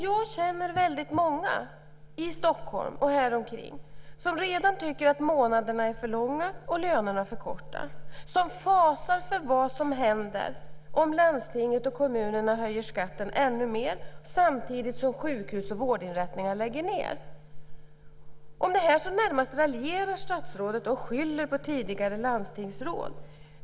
Jag känner väldigt många i Stockholm och häromkring som redan tycker att månaderna är för långa och lönerna "för korta", som fasar för vad som händer om landstinget och kommunerna höjer skatten ännu mer samtidigt som sjukhus och vårdinrättningar lägger ned. Om det här närmast raljerar statsrådet och skyller på tidigare landstingsråd.